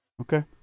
Okay